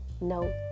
No